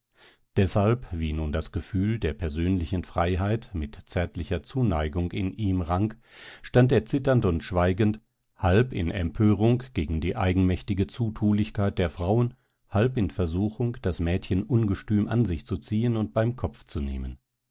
deshalb wie nun das gefühl der persönlichen freiheit mit der zärtlichen zuneigung in ihm rang stand er zitternd und schweigend halb in empörung gegen die eigenmächtige zutulichkeit der frauen halb in versuchung das mädchen ungestüm an sich zu ziehen und beim kopf zu nehmen